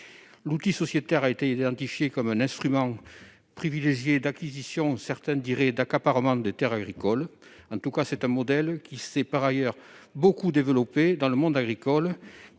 L'outil sociétaire a été identifié comme un instrument privilégié d'acquisition- certains diraient « d'accaparement » -des terres agricoles. Quoi qu'il en soit, ce modèle s'est beaucoup développé dans le monde agricole,